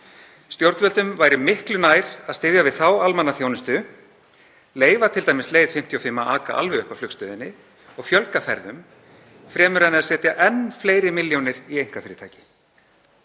Stjórnvöldum væri miklu nær að styðja við þá almannaþjónustu, leyfa t.d. leið 55 að aka alveg upp að flugstöðinni og fjölga ferðum, fremur en að setja enn fleiri milljónir í einkafyrirtæki.